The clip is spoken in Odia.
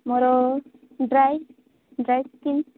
ମୋର ଡ୍ରାଏ ଡ୍ରାଏ ସ୍କିନ୍